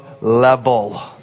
level